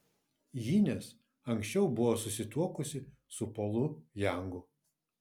hines anksčiau buvo susituokusi su polu jangu